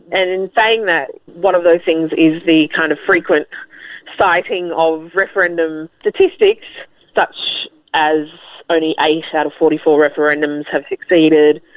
and in saying that, one of those things is the kind of frequent citing of referendum statistics, such as only eight out of forty four referendums have succeeded,